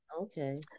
Okay